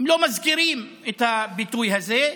לא מזכירים את הביטוי הזה,